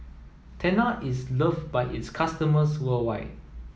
Tena is love by its customers worldwide